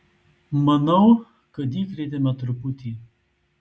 manau kad įkrėtėme truputį